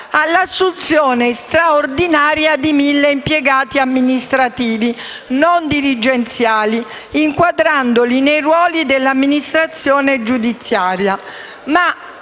all'assunzione straordinaria di 1.000 impiegati amministrativi non dirigenziali, inquadrandoli nei ruoli dell'amministrazione giudiziaria.